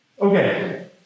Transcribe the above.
Okay